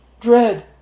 dread